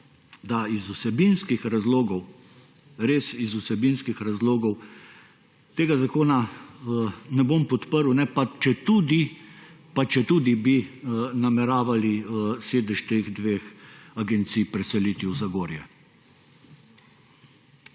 da iz vsebinskih razlogov, res iz vsebinskih razlogov tega zakona ne bom podprl, četudi bi nameravali sedež teh dveh agencij preseliti v Zagorje.